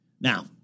Now